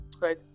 Right